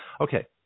Okay